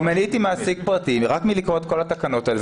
אם אני הייתי מעסיק רק מלקרוא את כל התקנות האלה,